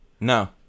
No